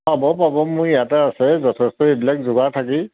পাব পাব মোৰ ইয়াতে আছে যথেষ্ট এইবিলাক যোগাৰ থাকেই